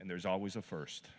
and there's always a first